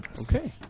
Okay